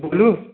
बोलू